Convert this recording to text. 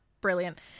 Brilliant